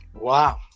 Wow